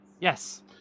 Yes